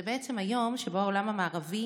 זה בעצם היום שבו העולם המערבי